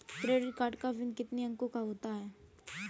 Credit card का PIN कितने अंकों का होता है?